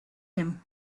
him